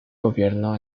gobierno